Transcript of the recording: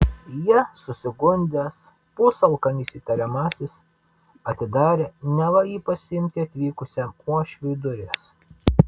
ja susigundęs pusalkanis įtariamasis atidarė neva jį pasiimti atvykusiam uošviui duris